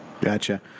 Gotcha